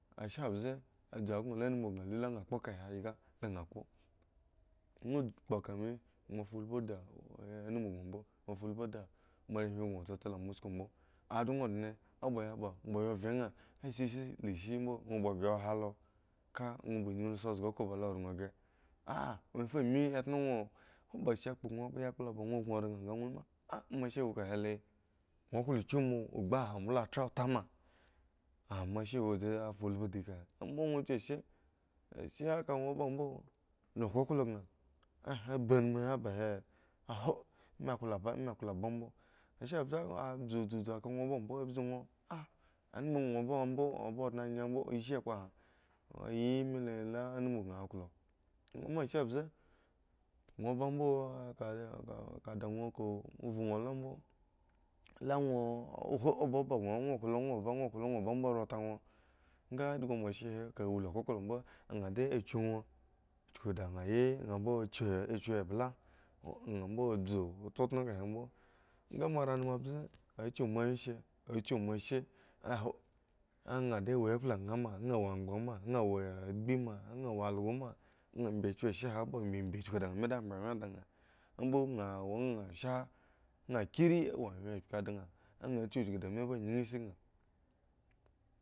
Ashe mbze adzu gno la anum kaŋ lu nha kpo kahe yga dan nha kpo nwo kpo ka mi ŋwo fulbhu di a anum gŋo mbo gwo fulbhu da moarehwin gno wo tsetse kamaoa usku mbo adon dne aba ya ba ŋwo baya vhe nha as shi la shi mbo ŋwo kpha ghre ya han lo ka ŋwo kpha nyun lo sa nga okhro ba lo ranghre ah mme fu ami adno ŋwo owo ba ashe kpo ŋuro yakpla ba ŋwo gno ran nga ŋwo luma ah moa she wo kahe le ŋuro klo kyu moa gbu oha mbole gbu tra taman amoashe wo dzed fulbhu di kahe mbo dwo kyu ashe ashe ka ŋwo bambo lo klo klo kan aha ebi anum he ba he aho me kto ba me klo ba mbo aashe mbze a dzudzu ka ŋwo ba mbo a bzu nwo ah anum ŋwo ba mbo ŋwo ba ondne nyembo ishi kpo ha oyimile la anum kan klo mbo ashe mbze ŋuro bambo kakaka dan nwo ka vhu nha lombo la ŋwo ho ombaba gno a ŋwo klo ŋwo ba ŋwoklo ŋwo ba mbo a lo ranta nwo nga endhgo moashe he ka wo klo klo mbo nha de kyu ŋwo shuku da nhayi la nha mbo kyau moanwyenshe kyu moashe aho a nha dhe wo kplana ma la wha wo angban nha wo agbi ma nha wo also ma abi kyu ashe bi kyu dan bwre awyen dan nha mbo nha wonha sha nha kri wo awyen apki adann nha kyu chuku da me da ba nyin isi kan.